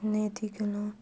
ने